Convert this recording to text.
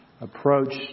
approach